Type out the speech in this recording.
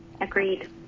Agreed